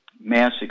mass